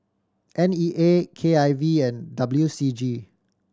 N E A K I V and W C G